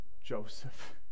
Joseph